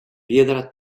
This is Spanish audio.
piedra